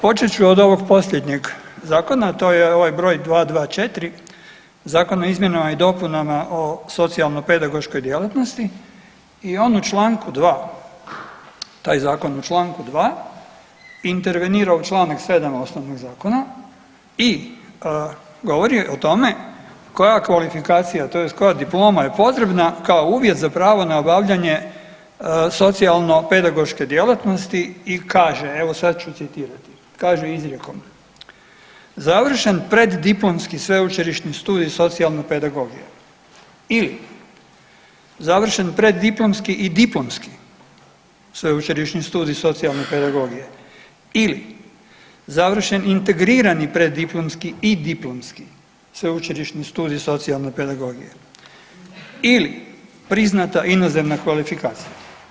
Počet ću od ovog posljednje zakona a to je ovaj br. 224, Zakon o izmjenama i dopunama o socijalno-pedagoškoj djelatnosti i on u čl. 2. taj zakon u čl. 2. intervenira u čl. 7. osnovnog zakona i govori o tome koja kvalifikacija tj. koja diploma je potrebna kao uvjet za pravo na obavljanje socijalno-pedagoške djelatnosti i kaže evo sad ću citirati, kaže izrijekom: „Završen preddiplomski sveučilišni studij socijalne pedagogije ili završen preddiplomski i diplomski sveučilišni studij socijalne pedagogije ili završen integrirani preddiplomski i diplomski sveučilišni studij socijalne pedagogije ili priznata inozemna kvalifikacija“